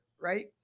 right